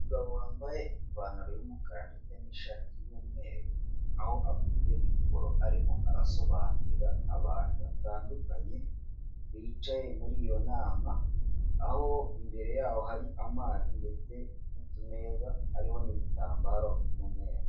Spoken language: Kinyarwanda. Umugabo wambaye ipantaro y'umukara ndetse n'ishati y'umweru, aho afite mikoro arimo arasobanurira abantu batandukanye bicaye muri iyo nama, aho imbere yaho hari amazi ndetse n'utumeza hariho n'ibitambaro by'umweru.